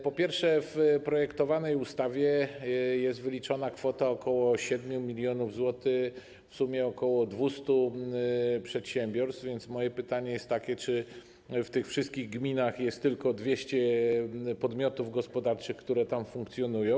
Po pierwsze, w projektowanej ustawie jest wyliczona kwota ok. 7 mln zł, w sumie dla ok. 200 przedsiębiorstw, więc moje pytanie jest takie, czy w tych wszystkich gminach jest tylko 200 podmiotów gospodarczych, które tam funkcjonują.